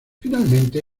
finalmente